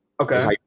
Okay